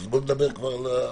אז בואי נדבר כבר ביחד.